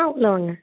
ஆ உள்ளே வாங்க